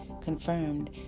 confirmed